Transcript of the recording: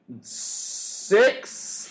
Six